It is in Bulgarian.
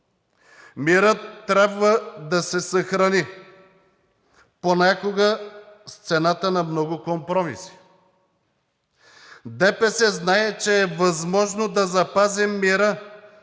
Мирът трябва да се съхрани, понякога с цената на много компромиси. ДПС знае, че е възможно да запазим мира,